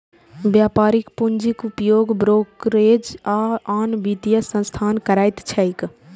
व्यापारिक पूंजीक उपयोग ब्रोकरेज आ आन वित्तीय संस्थान करैत छैक